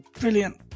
brilliant